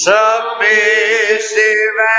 Submissive